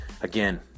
again